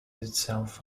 itself